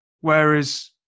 Whereas